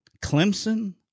Clemson